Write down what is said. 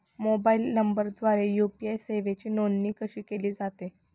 Mobile नंबरद्वारे UPI सेवेची नोंदणी कशी केली जाते?